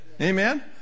Amen